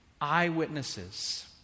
eyewitnesses